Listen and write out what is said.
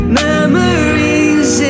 memories